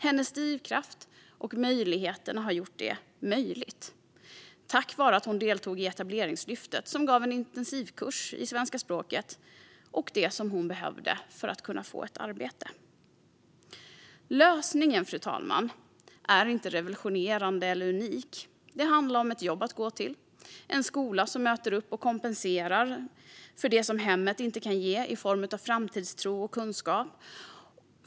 Hennes drivkraft har gjort det möjligt, och det har kunnat ske tack vare att hon deltagit i Etableringslyftet som gav henne en intensivkurs i svenska språket. Det var vad hon behövde för att få ett arbete. Lösningen, fru talman, är inte revolutionerande eller unik. Det handlar om ett jobb att gå till och en skola som möter upp och kompenserar för det som hemmet inte kan ge i form av framtidstro och kunskap.